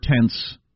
tense